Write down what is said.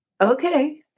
okay